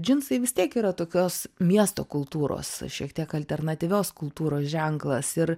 džinsai vis tiek yra tokios miesto kultūros šiek tiek alternatyvios kultūros ženklas ir